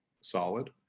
solid